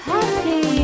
Happy